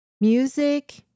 music